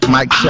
Mike